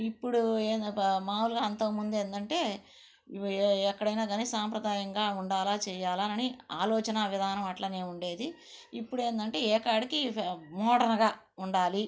ఇప్పుడు ఎందోక మాములుగా అంతకముందు ఏందంటే ఎక్కడైనా కాని సాంప్రదాయంగా ఉండాల చేయాలా అని ఆలోచన విధానం అట్లానే ఉండేది ఇప్పుడు ఏంటంటే ఏ కాడికి మోడ్రన్గా ఉండాలి